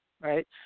right